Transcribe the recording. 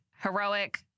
heroic